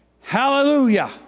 hallelujah